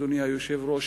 אדוני היושב-ראש,